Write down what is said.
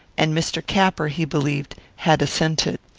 and mr. capper, he believed, had assented.